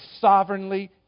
sovereignly